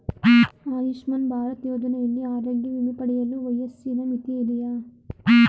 ಆಯುಷ್ಮಾನ್ ಭಾರತ್ ಯೋಜನೆಯಲ್ಲಿ ಆರೋಗ್ಯ ವಿಮೆ ಪಡೆಯಲು ವಯಸ್ಸಿನ ಮಿತಿ ಇದೆಯಾ?